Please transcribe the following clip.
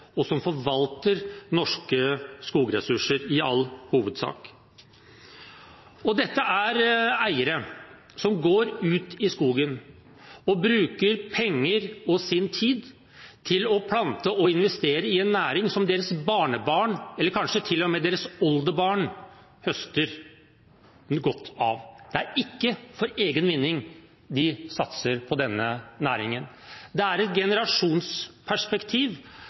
og som forvalter norske skogressurser i all hovedsak. Dette er eiere som går ut i skogen og bruker penger og sin tid på å plante og investere i en næring som deres barnebarn, eller kanskje til og med deres oldebarn, vil høste av. Det er ikke for egen vinning de satser på denne næringen. Det er et generasjonsperspektiv